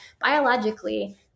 biologically